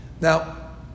Now